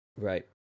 Right